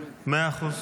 מאה אחוז.